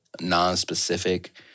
non-specific